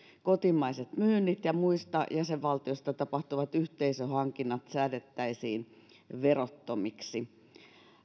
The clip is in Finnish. kotimaiset myynnit ja muista jäsenvaltioista tapahtuvat yhteisöhankinnat säädettäisiin verottomiksi